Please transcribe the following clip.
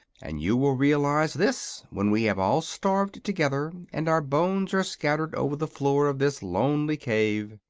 and you will realize this when we have all starved together and our bones are scattered over the floor of this lonely cave.